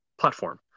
platform